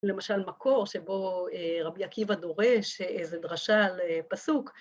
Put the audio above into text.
למשל מקור שבו רבי עקיבא דורש איזו דרשה לפסוק.